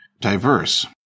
diverse